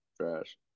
trash